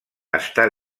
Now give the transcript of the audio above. està